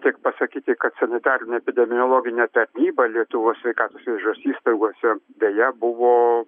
tik pasakyti kad sanitarinė epidemiologinė tarnyba lietuvos sveikatos priežiūros įstaigose deja buvo